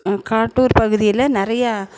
காட்டூர் பகுதியில் நிறையா